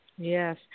Yes